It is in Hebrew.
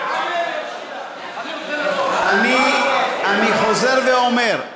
אני חוזר ואומר,